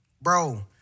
Bro